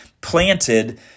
planted